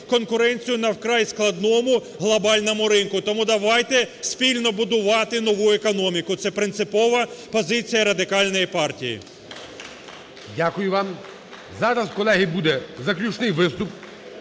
конкуренцію на вкрай складному глобальному ринку. Тому давайте спільно будувати нову економіку. Це принципова позиція Радикальної партії. ГОЛОВУЮЧИЙ. Дякую вам. Зараз, колеги, буде заключний виступ.